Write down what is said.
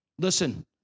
Listen